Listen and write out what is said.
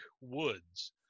woods